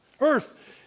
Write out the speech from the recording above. Earth